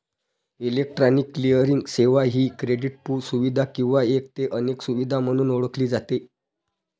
electronic clearing सेवा ही क्रेडिटपू सुविधा किंवा एक ते अनेक सुविधा म्हणून ओळखली जाते